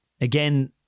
Again